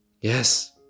Yes